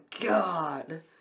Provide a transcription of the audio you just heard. god